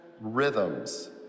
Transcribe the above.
rhythms